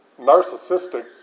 narcissistic